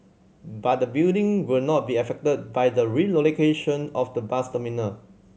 but the building will not be affected by the relocation of the bus terminal